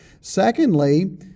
Secondly